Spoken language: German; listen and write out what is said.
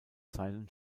seien